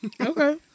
Okay